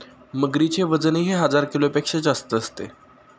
मगरीचे वजनही हजार किलोपेक्षा जास्त असते